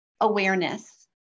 awareness